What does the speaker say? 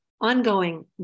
Ongoing